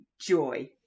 joy